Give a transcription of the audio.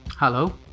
Hello